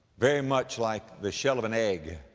very much like the shell of an egg,